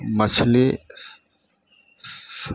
मछली स